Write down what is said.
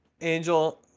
Angel